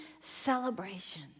celebration